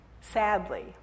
sadly